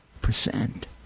percent